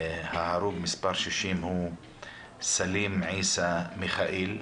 הרוג מספר 60 הוא סלים עיסא מיכאיל,